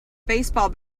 baseball